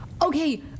Okay